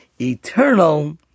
eternal